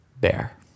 Bear